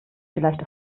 vielleicht